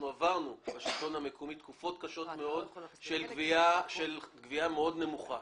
עברנו בשלטון המקומי תקופות קשות מאוד של גבייה בשיעור נמוך מאוד.